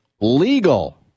legal